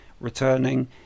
returning